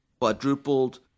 quadrupled